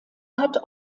hat